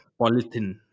polythene